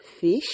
fish